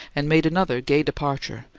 and made another gay departure,